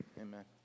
Amen